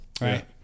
Right